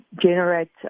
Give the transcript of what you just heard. generate